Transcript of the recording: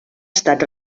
estat